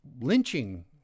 lynching